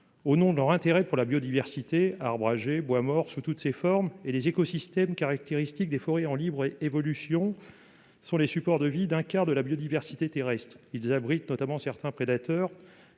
raison de leur intérêt pour la biodiversité. En effet, les arbres âgés, le bois mort sous toutes ses formes et les écosystèmes caractéristiques des forêts en libre évolution sont les supports de vie d'un quart de la biodiversité terrestre. Ils abritent notamment certains prédateurs